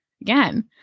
again